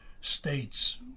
states